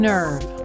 Nerve